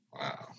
Wow